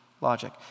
logic